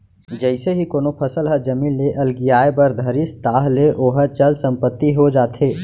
जइसे ही कोनो फसल ह जमीन ले अलगियाये बर धरिस ताहले ओहा चल संपत्ति हो जाथे